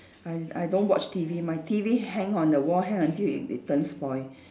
I I don't watch T_V my T_V hang on the wall hang until it it turn spoil